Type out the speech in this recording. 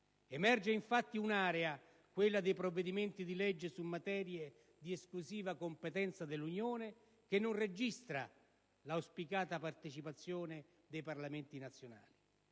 Emerge, infatti, un'area - quella dei provvedimenti di legge su materie di esclusiva competenza dell'Unione - che non registra l'auspicata partecipazione dei Parlamenti nazionali.